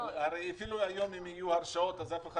אבל אפילו היום אם יהיו הרשאות אף אחד